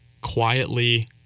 quietly